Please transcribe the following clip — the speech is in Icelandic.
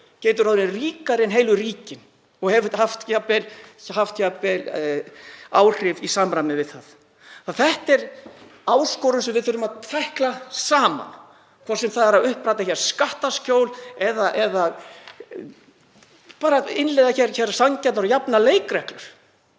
getur orðið ríkari en heilu ríkin og haft jafnvel áhrif í samræmi við það? Þetta er áskorun sem við þurfum að tækla saman, hvort sem það er að uppræta skattaskjól eða bara að innleiða hér sanngjarnar og jafnar leikreglur.